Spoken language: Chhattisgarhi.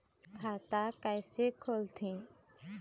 खाता कइसे खोलथें?